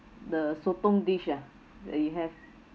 the sotong dish ah that you have